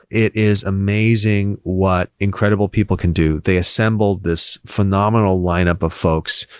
it is amazing what incredible people can do. they assembled this phenomenal lineup of folks.